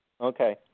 Okay